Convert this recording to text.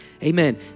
Amen